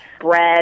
bread